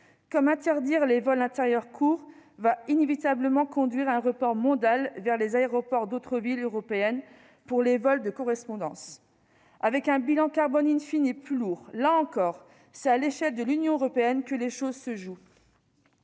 aérien. Interdire les vols intérieurs courts va inévitablement conduire à un report modal vers les aéroports d'autres villes européennes pour les vols de correspondances, avec un bilan carbone plus lourd. Là encore, c'est à l'échelle de l'Union européenne que les choses se jouent.